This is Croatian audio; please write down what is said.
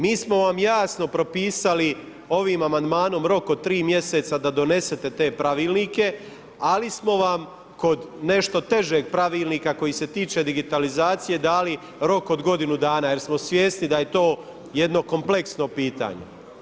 Mi smo vam jasno propisali ovim amandmanom rok od tri mjeseca da donesete te pravilnike, ali smo vam kod nešto težeg pravilnika koji se tiče digitalizacije dali rok od godinu dana jer smo svjesni da je to jedno kompleksno pitanje.